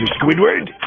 Squidward